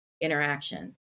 interaction